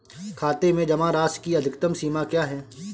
खाते में जमा राशि की अधिकतम सीमा क्या है?